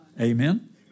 Amen